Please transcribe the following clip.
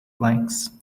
flanks